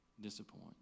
disappoint